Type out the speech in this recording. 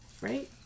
right